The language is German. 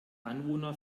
anwohner